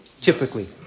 typically